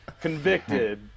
convicted